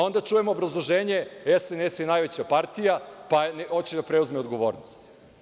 Onda čujemo obrazloženje – SNS je najveća partija, pa hoće da preuzme odgovornost.